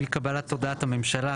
מקבלת הודעת הממשלה,